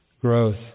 growth